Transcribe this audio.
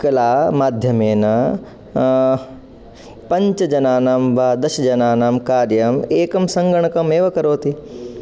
कला माध्यमेन पञ्चजनानां वा दशजनानां कार्यम् एकं सङ्गणकमेव करोति